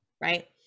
right